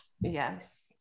yes